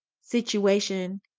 situation